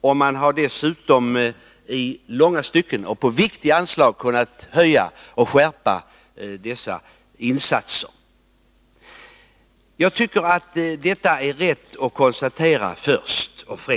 Regeringen har dessutom i långa stycken, för viktiga anslag, kunnat höja nivån och stärka insatserna. Det är rätt att först och främst konstatera detta.